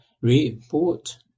Report